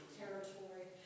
territory